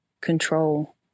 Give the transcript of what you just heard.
control